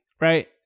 right